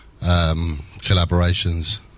collaborations